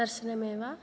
दर्शनमेव